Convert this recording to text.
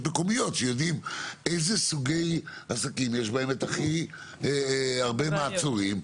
המקומיות שיודעים באיזה סוגי עסקים יש את הכי הרבה מעצורים,